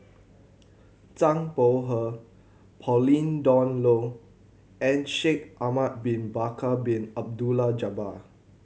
Zhang Bohe Pauline Dawn Loh and Shaikh Ahmad Bin Bakar Bin Abdullah Jabbar